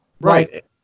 Right